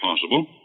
possible